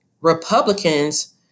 Republicans